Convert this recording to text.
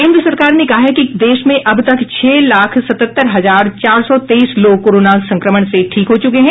केंद्र सरकार ने कहा है कि देश में अब तक छह लाख सतहत्तर हजार चार सौ तेईस लोग कोरोना संक्रमण से ठीक हो चुके हैं